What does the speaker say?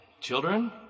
children